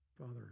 Father